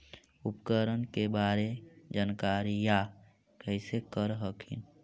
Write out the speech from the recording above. उपकरण के बारे जानकारीया कैसे कर हखिन?